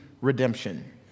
redemption